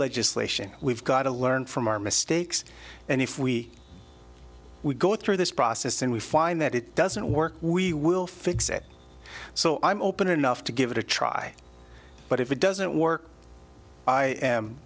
legislation we've got to learn from our mistakes and if we we go through this process and we find that it doesn't work we will fix it so i'm open enough to give it a try but if it doesn't work i am